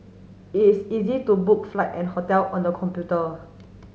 it is easy to book flight and hotel on the computer